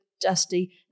dusty